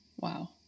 Wow